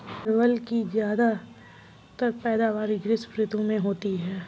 परवल की ज्यादातर पैदावार ग्रीष्म ऋतु में होती है